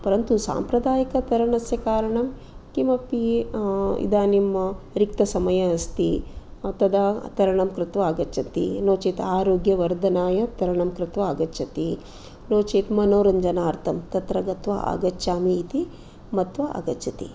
परन्तु साम्प्रदायिकतरणस्य कारणं किमपि इदानीं रिक्तसमय अस्ति तदा तरणं कृत्वा आगच्छति नो चेत् आरोग्यवर्धनाय तरणं कृत्वा आगच्छति नो चेत् मनोरञ्जनार्थं तत्र गत्वा आगच्छामि इति मत्वा आगच्छति